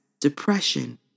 depression